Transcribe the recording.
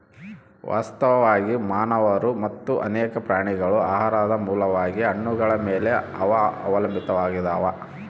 ವಾಸ್ತವವಾಗಿ ಮಾನವರು ಮತ್ತು ಅನೇಕ ಪ್ರಾಣಿಗಳು ಆಹಾರದ ಮೂಲವಾಗಿ ಹಣ್ಣುಗಳ ಮೇಲೆ ಅವಲಂಬಿತಾವಾಗ್ಯಾವ